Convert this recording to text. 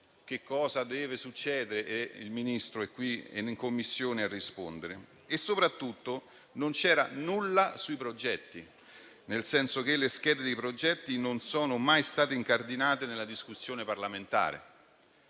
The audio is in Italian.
che cosa deve succedere e il Ministro è qui e in Commissione a rispondere. Soprattutto non c'era nulla sui progetti, nel senso che le schede dei progetti non sono mai state incardinate nella discussione parlamentare.